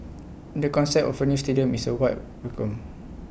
the concept of A new stadium is A white welcome